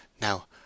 Now